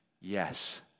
Yes